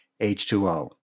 H2O